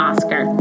Oscar